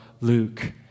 Luke